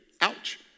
Ouch